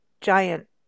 giant